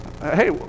hey